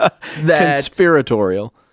Conspiratorial